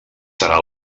serà